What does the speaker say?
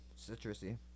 Citrusy